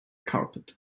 carpet